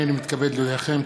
הנני מתכבד להודיעכם,